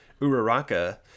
Uraraka